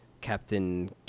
Captain